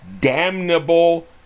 damnable